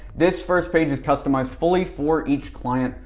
this first page is customized fully for each client.